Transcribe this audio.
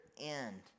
end